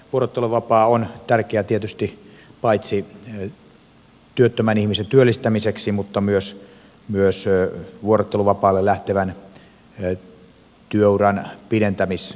vuorotteluvapaa on tärkeä tietysti paitsi työttömän ihmisen työllistämiseksi myös vuorotteluvapaalle lähtevän työuran pidentämistarkoituksessa